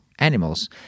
Animals